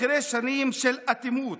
אחרי שנים של אטימות,